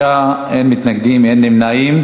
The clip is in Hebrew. שישה בעד, אין מתנגדים, אין נמנעים.